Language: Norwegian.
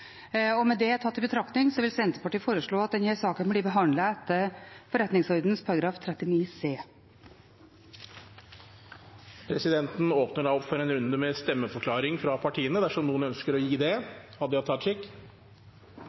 Med det tatt i betraktning vil Senterpartiet foreslå at denne saken blir behandlet etter forretningsordenens § 39 c. Presidenten åpner da opp for en runde med stemmeforklaringer fra partiene dersom noen ønsker å gi det.